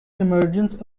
emergence